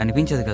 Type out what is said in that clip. and bencher.